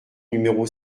numéro